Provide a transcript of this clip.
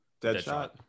Deadshot